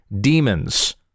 demons